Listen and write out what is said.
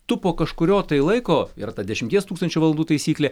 tu po kažkurio tai laiko yra ta dešimties tūkstančių valandų taisyklė